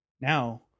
Now